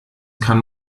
kann